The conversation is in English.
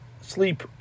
sleep